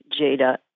Jada